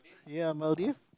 ya Maldives